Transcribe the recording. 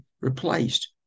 replaced